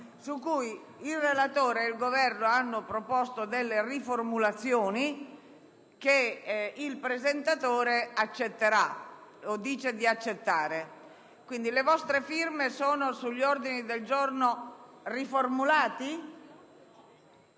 su cui il relatore e il Governo hanno proposto delle riformulazioni che il presentatore accetta. Quindi, le vostre firme riguardano gli ordini del giorno riformulati?